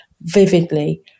vividly